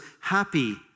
happy